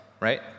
right